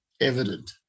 evident